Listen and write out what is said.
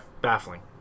baffling